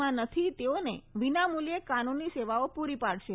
માં નથી તેઓને વિના મૂલ્યે કાનૂની સેવાઓ પૂરી પાડશે